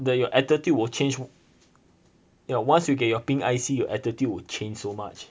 that your attitude will change ya once you get your pink I_C your attitude will change so much